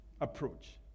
approach